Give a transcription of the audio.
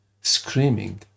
screaming